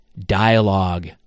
dialogue